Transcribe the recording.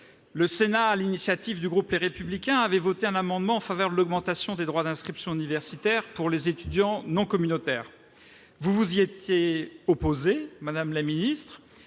le Sénat, sur l'initiative du groupe Les Républicains, avait voté un amendement en faveur de l'augmentation des droits d'inscription universitaires pour les étudiants non communautaires. Vous vous y étiez opposée, madame la ministre.